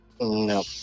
No